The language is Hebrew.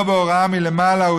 כמו בהוראה מלמעלה,